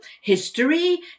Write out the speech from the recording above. history